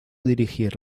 dirigir